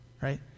right